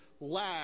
lack